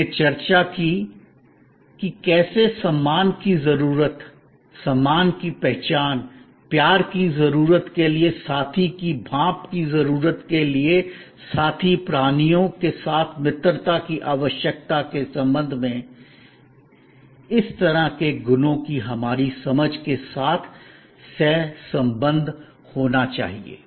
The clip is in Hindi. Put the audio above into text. हमने चर्चा की कि कैसे सम्मान की जरूरत सम्मान की पहचान प्यार की जरूरत के लिए साथी की भाप की जरूरत के लिए साथी प्राणियों के साथ मित्रता की आवश्यकता के संबंध में इस तरह के गुणों की हमारी समझ के साथ सह संबंध होना चाहिए